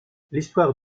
l’histoire